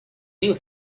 mil